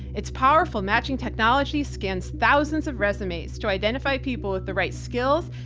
it's powerful matching technology, scans thousands of resumes to identify people with the right skills,